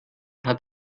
hat